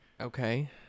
Okay